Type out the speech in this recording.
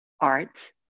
arts